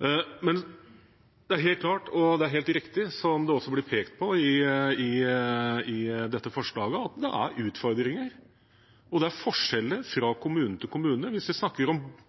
Det er helt riktig, som det også blir pekt på i dette forslaget, at det er utfordringer og forskjeller fra kommune til kommune. Hvis vi snakker om